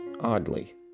oddly